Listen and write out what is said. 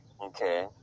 Okay